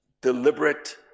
deliberate